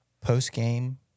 post-game